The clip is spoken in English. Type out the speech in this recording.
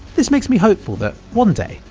this makes me hopeful that one day,